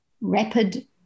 rapid